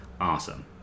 awesome